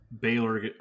Baylor